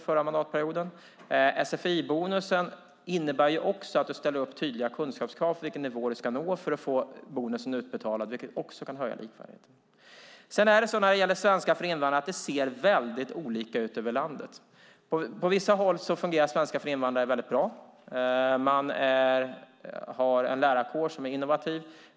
Sfi-bonusen innebär att vi ställer upp tydliga kunskapskrav för vilken nivå du ska nå för att få bonusen utbetalad, vilket också kan höja likvärdigheten. Det ser väldigt olika ut över landet vad gäller svenska för invandrare. På vissa håll fungerar svenska för invandrare mycket bra. Man har en lärarkår som är innovativ.